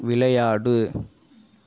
விளையாடு